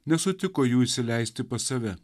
nesutiko jų įsileisti pas save